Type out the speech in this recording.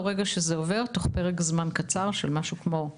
רגע שזה עובר תוך פרק זמן קצר של שבועיים